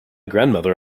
grandmother